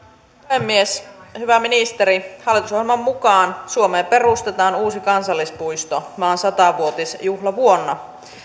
puhemies hyvä ministeri hallitusohjelman mukaan suomeen perustetaan uusi kansallispuisto maan sata vuotisjuhlavuonna